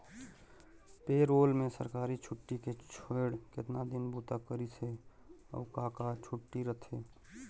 पे role में सरकारी छुट्टी के छोएड़ केतना दिन बूता करिस हे, अउ का का के छुट्टी रथे